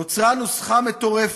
נוצרת נוסחה מטורפת: